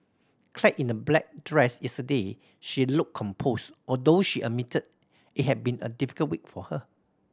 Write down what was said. clad in a black dress yesterday she looked composed although she admitted it had been a difficult week for her